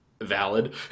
valid